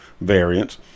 variants